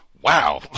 Wow